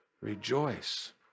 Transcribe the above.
Rejoice